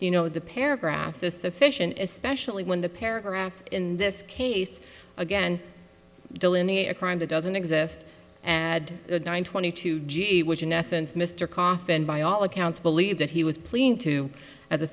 you know the paragraphs is sufficient especially when the paragraphs in this case again delineate a crime that doesn't exist add nine twenty two g which in essence mr coffin by all accounts believed that he was playing to